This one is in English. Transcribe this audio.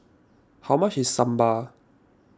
how much is Sambar